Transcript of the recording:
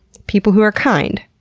people who are kind.